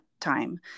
time